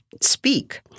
speak